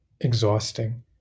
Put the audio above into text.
exhausting